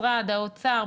משרד האוצר,